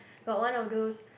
got one of those